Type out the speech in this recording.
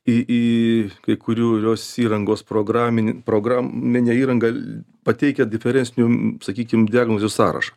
į į kai kurių įvairios įrangos programinį programinę įrangą pateikia diferencinių sakykime diagnozių sąrašą